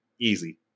easy